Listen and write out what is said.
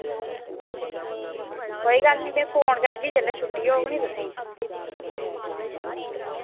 कोई गल्ल नि मैं फोन करगी जिल्लै छुट्टी होग नि तुसेंगी